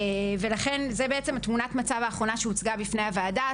זו תמונת המצב האחרונה שהוצגה בפני הוועדה,